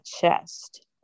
chest